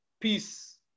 peace